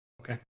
okay